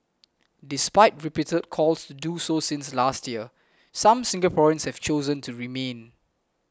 despite repeated calls to do so since last year some Singaporeans have chosen to remain